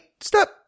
stop